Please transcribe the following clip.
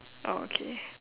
orh okay